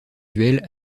duels